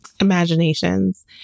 imaginations